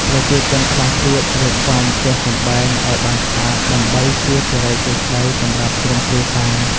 ប្រជាជនខ្លះទៀតរៀបចំផ្ទះសម្បែងឲ្យបានស្អាតដើម្បីជាសិរីសួស្តីសម្រាប់ក្រុមគ្រួសារ។